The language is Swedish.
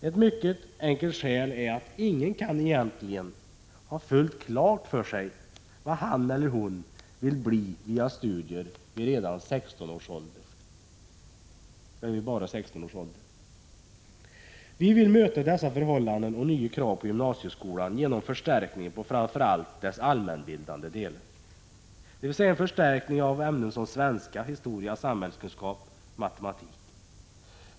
Ett mycket enkelt skäl är att ingen egentligen kan ha fullt klart för sig vid bara 16 års ålder vad han eller hon vill bli via studier. Vi vill möta dessa förhållanden och nya krav på gymnasieskolan genom förstärkningar på framför allt dess allmänbildande delar, dvs. ämnen som svenska, historia, samhällskunskap och matematik.